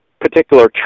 particular